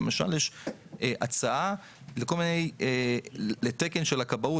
יש, למשל, הצעה לתקן של הכבאות.